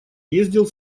ездил